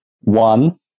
one